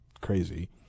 crazy